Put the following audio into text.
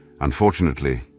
Unfortunately